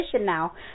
now